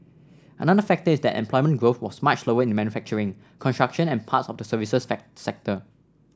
another factor is that employment growth was much slower in manufacturing construction and parts of the services sector